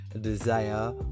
desire